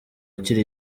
kiri